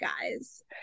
guys